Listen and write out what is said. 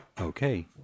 Okay